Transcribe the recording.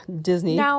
Disney